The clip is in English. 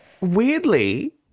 Weirdly